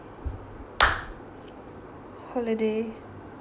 holiday